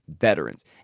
veterans